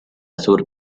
azur